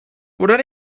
would